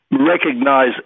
recognize